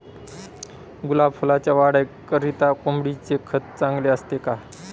गुलाब फुलाच्या वाढीकरिता कोंबडीचे खत चांगले असते का?